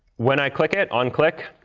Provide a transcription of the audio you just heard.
when i click it, onclick,